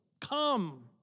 Come